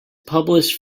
published